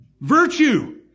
virtue